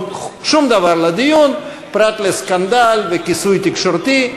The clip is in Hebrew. שום דבר לדיון פרט לסקנדל וכיסוי תקשורתי.